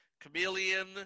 Chameleon